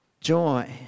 Joy